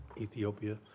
Ethiopia